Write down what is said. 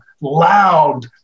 loud